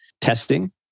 testing